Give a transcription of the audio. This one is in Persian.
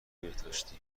بهداشتی